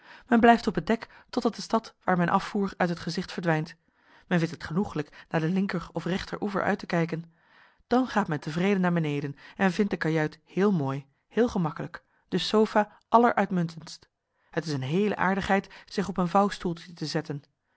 men blijft op het dek totdat de stad waar men afvoer uit het gezicht verdwijnt men vindt het genoeglijk naar den linker of rechter oever uit te kijken dan gaat men tevreden naar beneden en vindt de kajuit heel mooi heel gemakkelijk de sofa alleruitmuntendst het is een heele aardigheid zich op een vouwstoeltje te zetten